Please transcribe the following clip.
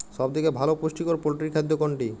সব থেকে ভালো পুষ্টিকর পোল্ট্রী খাদ্য কোনটি?